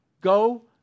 Go